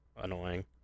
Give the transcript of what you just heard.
annoying